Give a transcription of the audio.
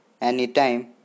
anytime